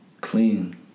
clean